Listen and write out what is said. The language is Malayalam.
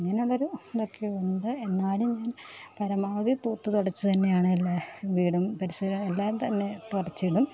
അങ്ങനെയുള്ള ഒരു ഇതൊക്കെയുണ്ട് എന്നാലും ഞാൻ പരമാവധി തൂത്ത് തുടച്ച് തന്നെയാണ് എല്ലാ വീടും പരിസരവും എല്ലാം തന്നെ തുടച്ചിടും